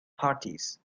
parties